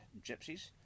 gypsies